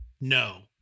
No